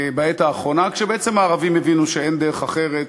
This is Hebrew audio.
בעת האחרונה, כשבעצם הערבים הבינו שאין דרך אחרת